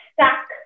stack